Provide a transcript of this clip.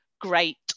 great